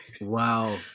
Wow